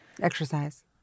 Exercise